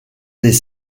des